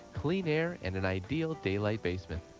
clean air and an ideal daylight basement.